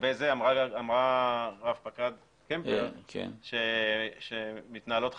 לגבי זה אמרה רב-פקד קמפר שמתנהלות חקירות.